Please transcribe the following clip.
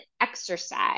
exercise